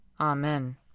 Amen